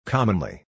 Commonly